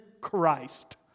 Christ